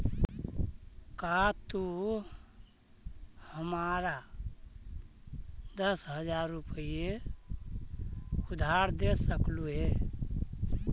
का तू हमारा दस हज़ार रूपए उधार दे सकलू हे?